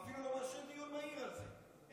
אפילו לא מאפשרים דיון מהיר על זה,